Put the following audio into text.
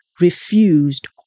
refused